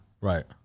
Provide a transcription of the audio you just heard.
Right